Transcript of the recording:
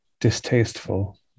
distasteful